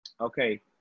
Okay